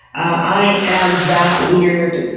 i am that weird,